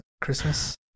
Christmas